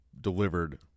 delivered